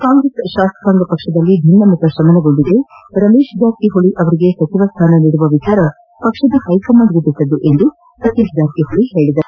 ಕಾಂಗ್ರೆಸ್ ಶಾಸಕಾಂಗ ಪಕ್ಷದಲ್ಲಿ ಭಿನ್ನಮತ ಶಮನಗೊಂಡಿದೆ ರಮೇಶ್ ಜಾರಕಿಹೊಳಿ ಅವರಿಗೆ ಸಚವ ಸ್ಥಾನ ನೀಡುವ ವಿಚಾರ ಪಕ್ಷದ ಹೈಕಮಾಂಡ್ಗೆ ಬಿಟ್ಟಿದ್ದು ಎಂದು ಸತೀಶ್ ಜಾರಕಿಹೊಳಿ ಹೇಳಿದರು